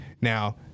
Now